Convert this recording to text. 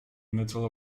middle